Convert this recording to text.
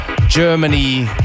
Germany